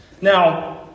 Now